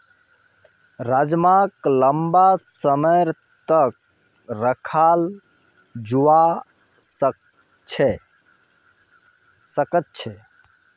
राजमाक लंबा समय तक रखाल जवा सकअ छे